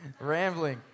Rambling